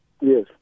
Yes